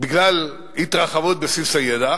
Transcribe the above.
בגלל התרחבות בסיס הידע,